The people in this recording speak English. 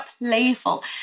playful